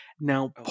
now